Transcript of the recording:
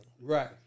Right